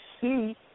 see